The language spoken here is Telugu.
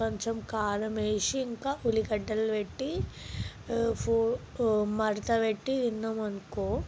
కొంచెం కారం వేసి ఇంకా ఉల్లిగడ్డలు పెట్టి మడత పెట్టి తిన్నాము అనుకో